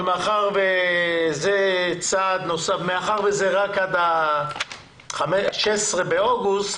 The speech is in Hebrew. אבל מאחר שזה רק עד ה-16 באוגוסט,